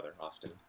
Austin